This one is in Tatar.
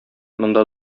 монда